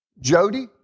Jody